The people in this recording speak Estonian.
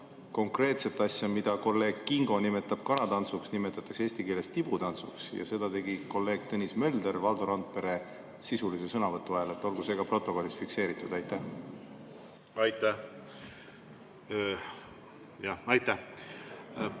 konkreetset asja, mida kolleeg Kingo nimetab kanatantsuks, nimetatakse eesti keeles tibutantsuks, ja seda tegi kolleeg Tõnis Mölder Valdo Randpere sisulise sõnavõtu ajal. Olgu see ka protokollis fikseeritud. Aitäh!